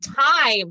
time